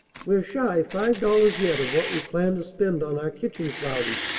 we're shy five dollars yet of what we planned to spend on our kitchen, cloudy,